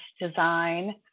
design